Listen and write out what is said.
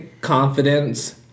confidence